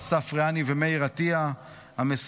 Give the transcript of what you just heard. אסף רעני ומאיר עטיה המסורים.